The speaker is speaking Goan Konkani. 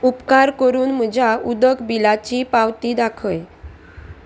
उपकार करून म्हज्या उदक बिलाची पावती दाखय